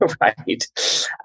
Right